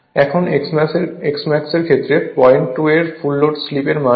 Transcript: এখন Smax এর ক্ষেত্রে 02 এর ফুল লোড স্লিপ এর মান 004 হয়